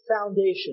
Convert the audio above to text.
foundation